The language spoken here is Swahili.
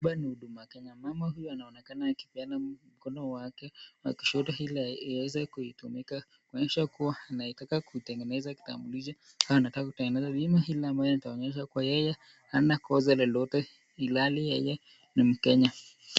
Mama huyu anaonekana akipeana mkono wake wa kushoto ile aeze